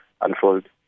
unfold